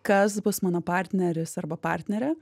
kas bus mano partneris arba partnerė